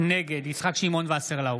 נגד יצחק שמעון וסרלאוף,